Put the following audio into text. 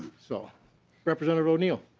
so representative o'neill